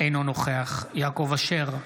אינו נוכח יעקב אשר,